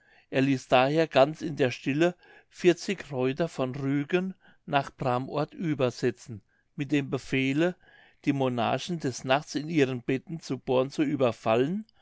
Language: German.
er ließ daher ganz in der stille vierzig reuter von rügen nach pram ort übersetzen mit dem befehle die monarchen des nachts in ihren betten zu born zu überfallen